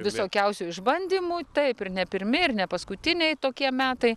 visokiausių išbandymų taip ir ne pirmi ir ne paskutiniai tokie metai